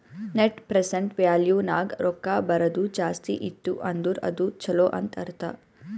net present value ನಾಗ್ ರೊಕ್ಕಾ ಬರದು ಜಾಸ್ತಿ ಇತ್ತು ಅಂದುರ್ ಅದು ಛಲೋ ಅಂತ್ ಅರ್ಥ